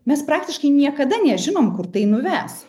mes praktiškai niekada nežinom kur tai nuves